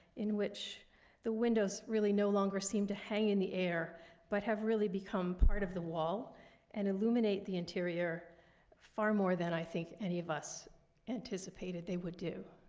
in which the windows really no longer seem to hang in the air but have really become part of the wall and illuminate the interior far more than i think any of us anticipated they would do.